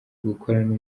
gukorana